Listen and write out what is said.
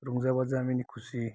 रंजा बाजा मिनिखुसि